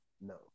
no